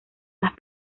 las